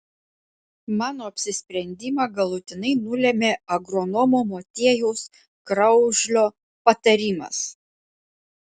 mano apsisprendimą galutinai nulėmė agronomo motiejaus kraužlio patarimas